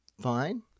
fine